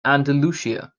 andalusia